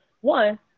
One